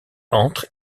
entre